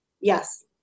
Yes